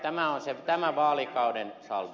tämä on tämän vaalikauden saldo